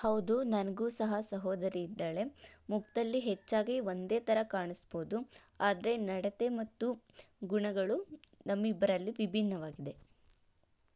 ಹೌದು ನನಗೂ ಸಹ ಸಹೋದರಿ ಇದ್ದಾಳೆ ಮುಖದಲ್ಲಿ ಹೆಚ್ಚಾಗಿ ಒಂದೇ ಥರ ಕಾಣಿಸ್ಬೋದು ಆದರೆ ನಡತೆ ಮತ್ತು ಗುಣಗಳು ನಮ್ಮಿಬ್ರಲ್ಲಿ ವಿಭಿನ್ನವಾಗಿದೆ